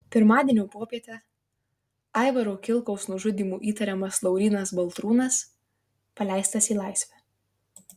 pirmadienio popietę aivaro kilkaus nužudymu įtariamas laurynas baltrūnas paleistas į laisvę